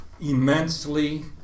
immensely